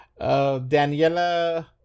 Daniela